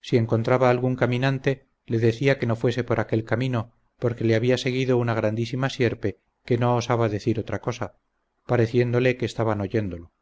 si encontraba algún caminante le decía que no fuese por aquel camino porque le había seguido una grandísima sierpe que no osaba decir otra cosa pareciéndole que estaban oyéndolo